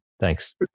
Thanks